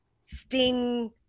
sting